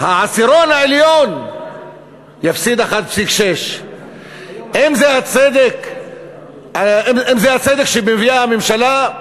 והעשירון העליון יפסיד 1.6%. האם זה הצדק שמביאה הממשלה?